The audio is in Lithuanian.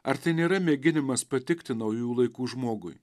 ar tai nėra mėginimas patikti naujų laikų žmogui